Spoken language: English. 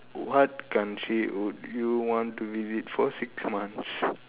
what country would you want to visit for six months